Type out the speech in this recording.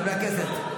חברי הכנסת,